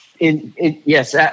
yes